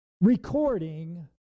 Recording